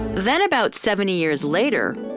then about seventy years later,